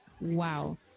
wow